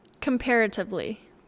comparatively